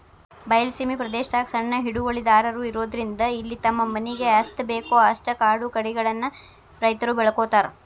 ಬಯಲ ಸೇಮಿ ಪ್ರದೇಶದಾಗ ಸಣ್ಣ ಹಿಡುವಳಿದಾರರು ಇರೋದ್ರಿಂದ ಇಲ್ಲಿ ತಮ್ಮ ಮನಿಗೆ ಎಸ್ಟಬೇಕೋ ಅಷ್ಟ ಕಾಳುಕಡಿಗಳನ್ನ ರೈತರು ಬೆಳ್ಕೋತಾರ